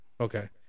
Okay